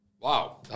Wow